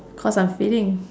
cause I'm feeding